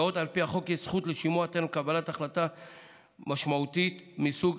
בעוד על פי החוק יש זכות לשימוע טרם קבלת החלטה משמעותית מסוג